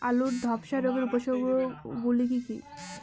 আলুর ধ্বসা রোগের উপসর্গগুলি কি কি?